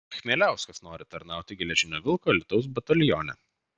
chmieliauskas nori tarnauti geležinio vilko alytaus batalione